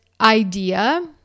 idea